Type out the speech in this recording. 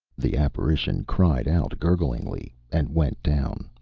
the apparition cried out gurglingly and went down,